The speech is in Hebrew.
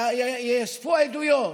יאספו עדויות,